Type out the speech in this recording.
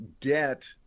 debt